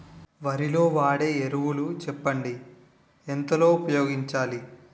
వరిలో వాడే ఎరువులు చెప్పండి? ఎంత లో ఉపయోగించాలీ?